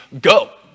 go